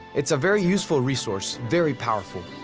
it's a very useful resource, very powerful.